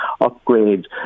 upgrade